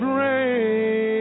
rain